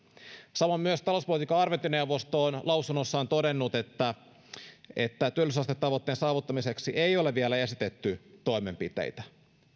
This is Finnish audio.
samoin talouspolitiikan arviointineuvosto on lausunnossaan todennut että työllisyysastetavoitteen saavuttamiseksi ei ole vielä esitetty toimenpiteitä